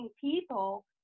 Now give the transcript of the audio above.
people